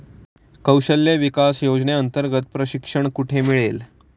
कौशल्य विकास योजनेअंतर्गत प्रशिक्षण कुठे मिळेल?